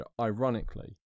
ironically